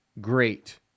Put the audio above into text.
great